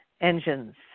engines